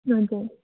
हजुर